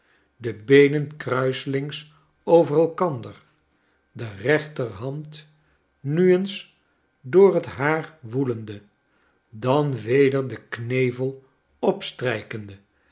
de beenen kruiselings over elkander de rechter hand nu eens door liet haar woelende dan weder den knevel opstrijkende